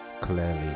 clearly